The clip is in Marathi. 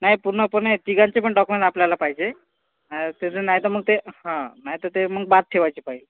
नाही पूर्ण पूर्ण तिघांचे पण डॉक्युमेंट आपल्याला पाहिजे नाही तर नाही तर मग ते नाही तर ते मग मागं ठेवायची फाईल